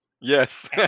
yes